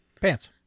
Pants